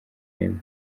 rimwe